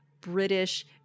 British